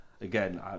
again